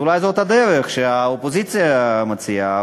אז אולי זאת הדרך, שהאופוזיציה מציעה.